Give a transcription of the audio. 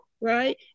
right